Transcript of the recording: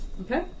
Okay